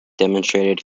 demonstrated